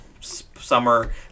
summer